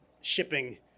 shipping